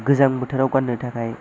गोजां बोथोराव गाननो थाखाय